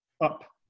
up